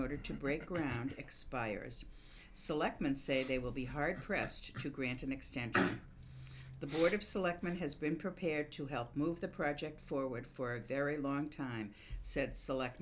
order to break ground expires selectmen say they will be hard pressed to grant and extend the board of selectmen has been prepared to help move the project forward for a very long time said select